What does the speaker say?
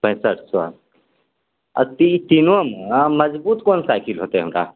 पैंसठ सए अथि तीनोंमे मजबूत कोन साइकिल होतै हमरा